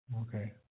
Okay